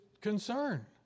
concern